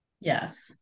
Yes